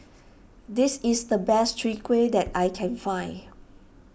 this is the best Chwee Kueh that I can find